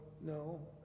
no